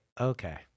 okay